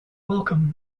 welcome